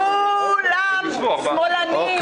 כולם שמאלנים,